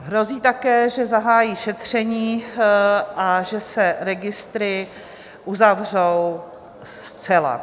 Hrozí také, že zahájí šetření a že se registry uzavřou zcela.